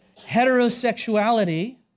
heterosexuality